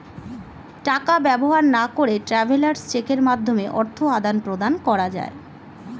টাকা ব্যবহার না করে ট্রাভেলার্স চেকের মাধ্যমে অর্থ আদান প্রদান করা যায়